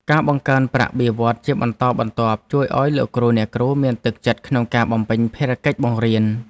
ការបង្កើនប្រាក់បៀវត្សរ៍ជាបន្តបន្ទាប់ជួយឱ្យលោកគ្រូអ្នកគ្រូមានទឹកចិត្តក្នុងការបំពេញភារកិច្ចបង្រៀន។